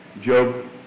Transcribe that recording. Job